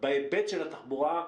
בהיבט של התחבורה,